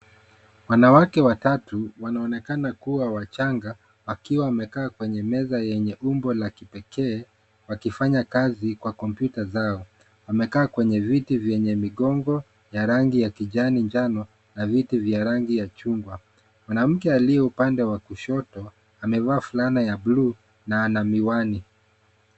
Wanawake watatu wanaonekana kuwa wachanga wakiwa wamekaa kwenye meza yenye umbo la kipekee wakifanya kazi kwa kompyuta zao. Wamekaa kwenye viti venye mgongo ya rangi ya kijani njano na viti vya rangi ya chungwa. Mwanamke aliye upande wa kushoto amevaa fulana ya blue na ana miwani.